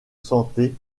santé